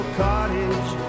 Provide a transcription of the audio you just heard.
cottage